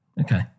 okay